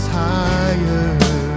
higher